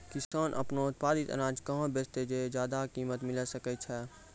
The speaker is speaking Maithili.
किसान आपनो उत्पादित अनाज कहाँ बेचतै जे ज्यादा कीमत मिलैल सकै छै?